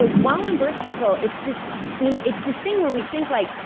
ah while on birth control, it's this you know it's this thing where we think like,